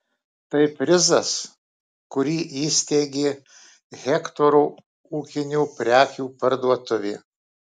tai prizas kurį įsteigė hektoro ūkinių prekių parduotuvė